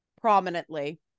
prominently